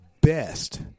best